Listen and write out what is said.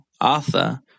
Arthur